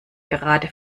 gerade